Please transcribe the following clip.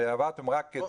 ועברתם רק את